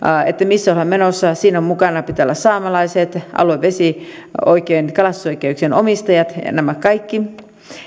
siitä missä ollaan menossa siinä mukana pitää olla saamelaiset aluevesioikeuksien ja kalastusoikeuksien omistajat ja ja nämä kaikki